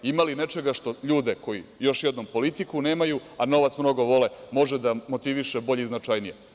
Ima li nečega što ljude koji još jednom, politiku nemaju, a novac mnogo vole može da motiviše bolje i značajnije.